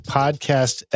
podcast